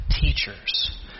teachers